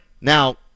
Now